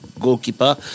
goalkeeper